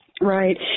Right